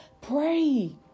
Pray